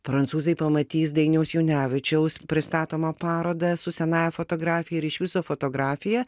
prancūzai pamatys dainiaus junevičiaus pristatomą parodą su senąja fotografija ir iš viso fotografija